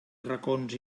racons